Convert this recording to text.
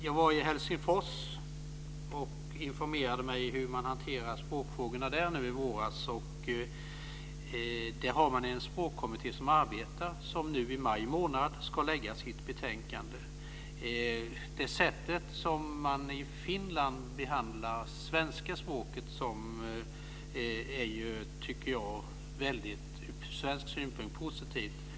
Jag var i Helsingfors nu i våras och informerade mig om hur man hanterar språkfrågorna där. Där har man en språkkommitté som arbetar. Nu i maj månad ska den lägga fram sitt betänkande. I Finland behandlar man det svenska språket på ett sätt som jag tycker är mycket positivt ur svensk synpunkt.